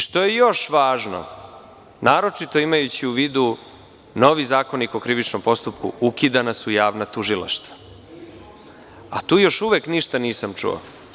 Što je još važno, naročito imajući u vidu novi Zakonik o krivičnom postupku, ukidana su javna tužilaštva, a tu još uvek ništa nisam čuo.